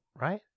Right